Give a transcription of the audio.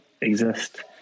exist